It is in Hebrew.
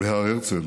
בהר הרצל